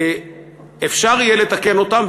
שיהיה אפשר לתקן אותם.